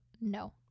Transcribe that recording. no